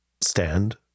stand